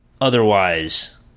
otherwise